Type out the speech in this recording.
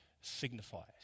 signifies